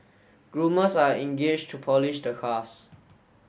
groomers are engaged to polish the cars